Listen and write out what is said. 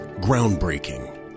Groundbreaking